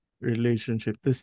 relationship